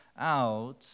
out